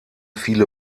viele